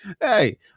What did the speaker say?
hey